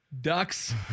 ducks